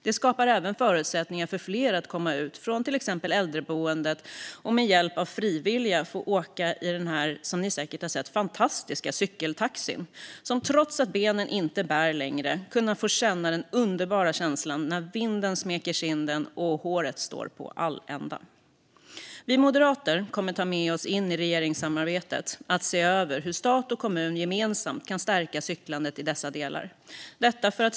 Det skapar även förutsättningar för fler att få komma ut från till exempel äldreboendet och till exempel med hjälp av frivilliga få åka i den fantastiska cykeltaxin, som ni säkert har sett. Trots att benen inte bär längre kan man känna den underbara känslan när vinden smeker kinden och håret står på ända. Vi moderater kommer ta med oss in i regeringsarbetet att se över hur stat och kommun gemensamt kan stärka cyklandet i dessa delar.